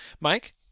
Mike